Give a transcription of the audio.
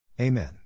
Amen